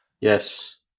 yes